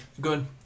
Good